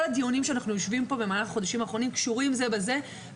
כל הדיונים בהם אנחנו יושבים פה במהלך החודשים האחרונים קשורים זה בזה,